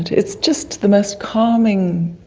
and it's just the most calming,